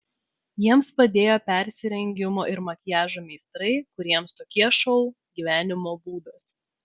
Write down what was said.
jiems padėjo persirengimo ir makiažo meistrai kuriems tokie šou gyvenimo būdas